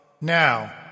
Now